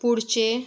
पुढचे